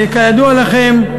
כידוע לכם,